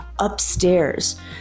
Upstairs